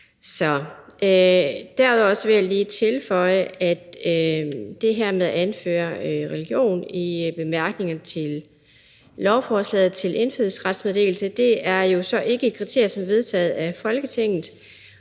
Derudover vil jeg lige tilføje, at det her med at anføre religion i bemærkningerne til lovforslaget om indfødsretsmeddelelse, jo så ikke er et kriterie, som er vedtaget af Folketinget,